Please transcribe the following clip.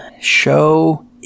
show